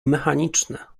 mechaniczne